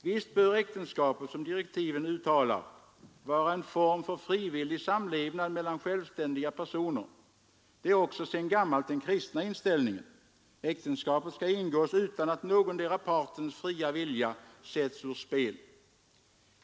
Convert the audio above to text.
Visst bör äktenskapet — som direktiven uttalar — vara en form för frivillig samlevnad mellan självständiga personer. Det är också sedan gammalt den kristna inställningen. Äktenskapet skall ingås utan att någondera partens fria vilja sätts ur spel.